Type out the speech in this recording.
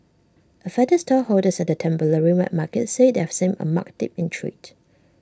affected stallholders at the temporary wet market said they have seen A marked dip in trade